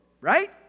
right